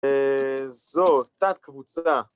זו, תת קבוצה